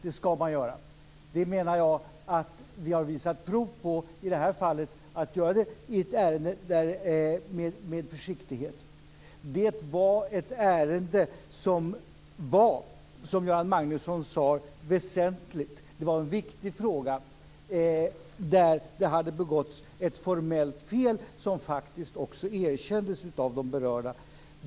Det skall man göra. Det menar jag att vi har visat prov på i det här fallet. Vi har skött det här ärendet med försiktighet. Det var, som Göran Magnusson sade, ett ärende som var väsentligt. Det var en viktig fråga där det hade begåtts ett formellt fel, något som faktiskt också erkändes av de berörda.